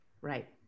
Right